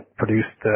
produced